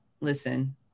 listen